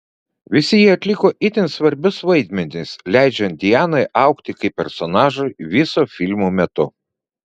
visi jie atliko itin svarbius vaidmenis leidžiant dianai augti kaip personažui viso filmo metu